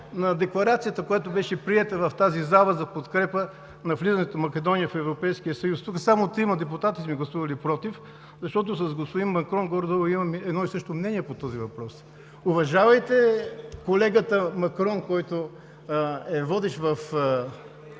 на декларацията, която беше приета в тази зала, за подкрепа на влизането на Македония в Европейския съюз. Тук само трима депутати сме гласували „против“, защото с господин Макрон имаме горе-долу едно и също мнение по този въпрос. Уважавайте колегата Макрон, който е водещ в